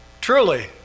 Truly